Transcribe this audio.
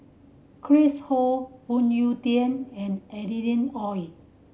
Chris Ho Phoon Yew Tien and Adeline Ooi